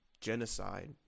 genocide